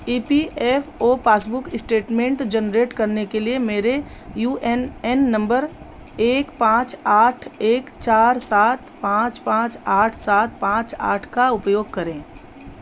ई P F O passbook statement generate करने के लिए मेरे यू ए एन नम्बर एक पाँच आठ एक चार सात पाँच पाँच आठ सात पाँच आठ का उपयोग करें